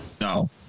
No